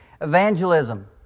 Evangelism